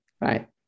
right